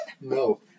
No